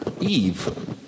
Eve